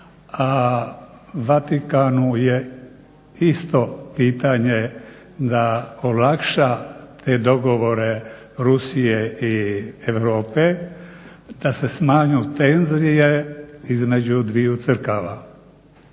a Vatikanu je isto pitanje da olakša te dogovore Rusije i Europe da se smanje tenzije između dviju crkvi.